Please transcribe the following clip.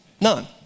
None